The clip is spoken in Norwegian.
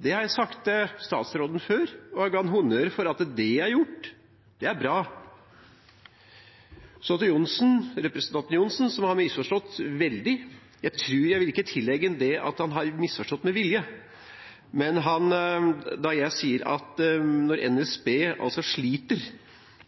Det har jeg sagt til statsråden før, og jeg ga ham honnør for at det er gjort. Det er bra. Så til representanten Johnsen, som har misforstått veldig. Jeg vil ikke tillegge ham det at han har misforstått med vilje, men når NSB sliter